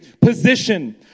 position